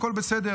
הכול בסדר,